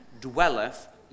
dwelleth